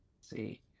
see